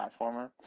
platformer